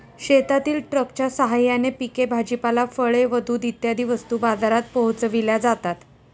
शेतातील ट्रकच्या साहाय्याने पिके, भाजीपाला, फळे व दूध इत्यादी वस्तू बाजारात पोहोचविल्या जातात